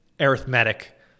arithmetic